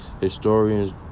historians